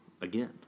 again